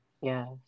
Yes